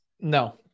No